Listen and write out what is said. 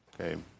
Okay